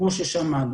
כמו ששמענו.